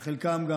שחלקם גם